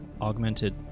augmented